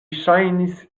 ŝajnis